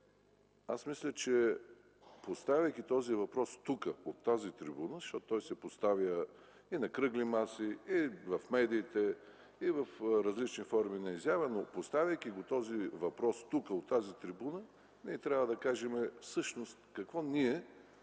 Мисля, че поставяйки този въпрос тук, от тази трибуна, защото той се поставя и на кръгли маси, и в медиите, и в различни форми на изява, но поставяйки го тук, от тази трибуна, трябва да кажем какво